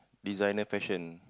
designer fashion